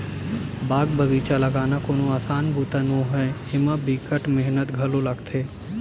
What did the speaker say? बाग बगिचा लगाना कोनो असान बूता नो हय, एमा बिकट मेहनत घलो लागथे